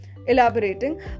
Elaborating